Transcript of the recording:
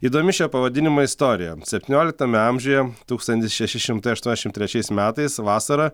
įdomi šio pavadinimo istorija septynioliktame amžiuje tūkstantis šeši šimtai aštuoniasdešimt trečiais metais vasarą